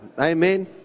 Amen